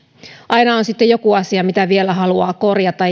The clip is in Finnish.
on sitten joku asia mitä vielä haluaa korjata